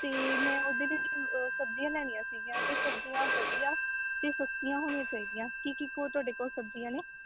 ਅਤੇ ਮੈਂ ਉਹਦੇ ਲਈ ਸਬਜ਼ੀਆਂ ਲੈਣੀਆਂ ਸੀਗੀਆਂ ਅਤੇ ਸਬਜ਼ੀਆਂ ਵਧੀਆ ਅਤੇ ਸਸਤੀਆਂ ਹੋਣੀਆਂ ਚਾਹੀਦੀਆਂ ਕੀ ਕੀ ਕੋਲ ਤੁਹਾਡੇ ਕੋਲ ਸਬਜ਼ੀਆਂ ਨੇ